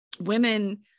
women